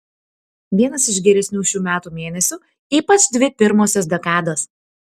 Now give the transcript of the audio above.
vienas iš geresnių šių metų mėnesių ypač dvi pirmosios dekados